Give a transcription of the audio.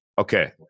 Okay